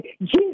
Jesus